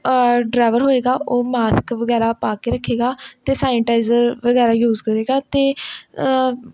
driver ਹੋਵੇਗਾ ਉਹ mask ਵਗੈਰਾ ਪਾ ਕੇ ਰੱਖੇਗਾ ਅਤੇ ਸਾਇਨੀਟਾਈਜ਼ਰ ਵਗੈਰਾ ਯੂਜ ਕਰੇਗਾ ਅਤੇ